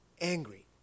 Angry